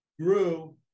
grew